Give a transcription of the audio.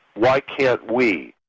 why can't we?